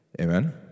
amen